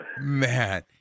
man